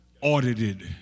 audited